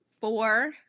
four